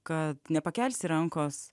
kad nepakelsi rankos